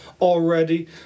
already